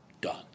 Done